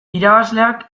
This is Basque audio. irabazleak